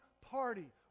party